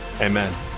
amen